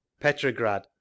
petrograd